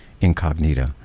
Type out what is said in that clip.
Incognito